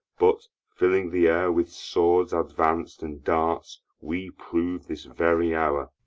but, filling the air with swords advanc'd and darts, we prove this very hour.